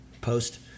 post